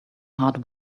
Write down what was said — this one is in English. heart